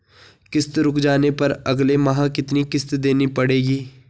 किश्त रुक जाने पर अगले माह कितनी किश्त देनी पड़ेगी?